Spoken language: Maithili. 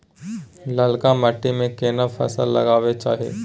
ललका माटी में केना फसल लगाबै चाही?